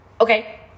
Okay